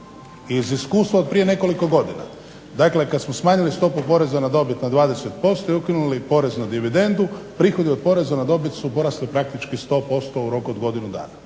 Iz iskustva od prije nekoliko godina, dakle kad smo smanjili stopu poreza na dobit na 20% i ukinuli porez na dividendu prihodi od poreza na dobit su porasli praktički 100% u roku od godinu dana